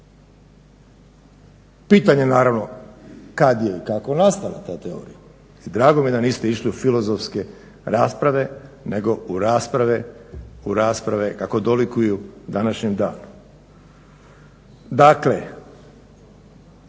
Pitanje naravno kada je kako nastala ta teorija i drago mi je da niste išli u filozofske rasprave nego u rasprave kako dolikuju današnjem danu. Dakle,